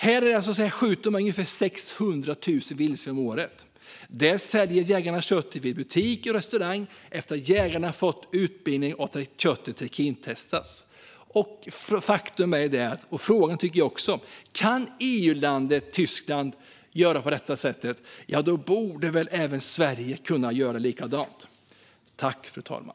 Där skjuter man ungefär 600 000 vildsvin om året. Jägarna säljer köttet till butiker och restauranger efter att de har fått utbildning och efter att köttet trikintestats. Om EU-landet Tyskland kan göra på det sättet borde väl även Sverige kunna göra det, fru talman.